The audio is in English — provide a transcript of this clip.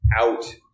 Out